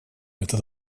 этот